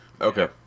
Okay